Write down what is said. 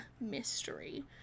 mystery